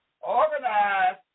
organize